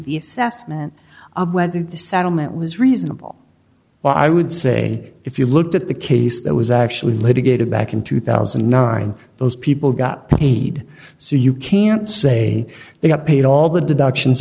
the assessment of whether the settlement was reasonable but i would say if you looked at the case that was actually litigated back in two thousand and nine those people got paid so you can't say they have paid all the deductions